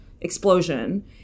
explosion